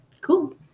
cool